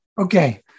Okay